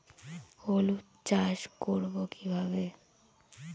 হলুদ চাষ করব কিভাবে?